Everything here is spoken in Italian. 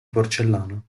porcellana